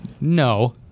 No